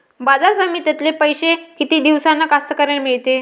बाजार समितीतले पैशे किती दिवसानं कास्तकाराइले मिळते?